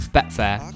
Betfair